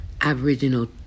Aboriginal